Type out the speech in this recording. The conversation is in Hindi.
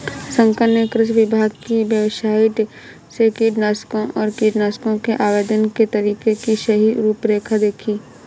शंकर ने कृषि विभाग की वेबसाइट से कीटनाशकों और कीटनाशकों के आवेदन के तरीके की सही रूपरेखा देखी